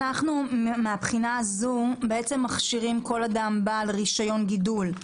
מהבחינה הזו אנחנו מכשירים כל אדם בעל רישיון גידול,